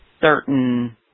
certain